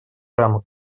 рамок